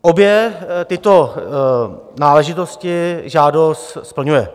Obě tyto náležitosti žádost splňuje.